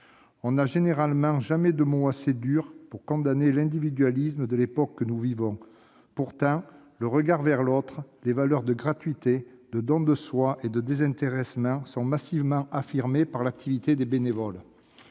On n'a généralement jamais de mots assez durs pour condamner l'individualisme de l'époque que nous vivons. Pourtant, le regard vers l'autre, les valeurs de gratuité, de don de soi et de désintéressement sont massivement affirmés par l'activité des bénévoles.